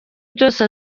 byose